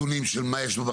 התקציבים גדלו מאוד בשנים